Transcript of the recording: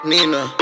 Nina